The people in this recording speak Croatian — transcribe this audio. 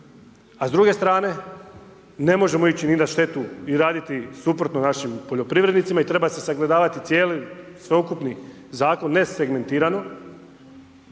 a s druge strane ne možemo ići ni na štetu, ni raditi suprotno našim poljoprivrednicima i treba se sagledavati cijeli, sveukupni zakon, ne segmentirano,